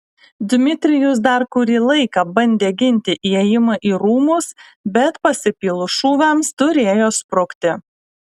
dmitrijus dar kurį laiką bandė ginti įėjimą į rūmus bet pasipylus šūviams turėjo sprukti